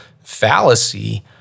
fallacy